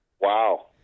Wow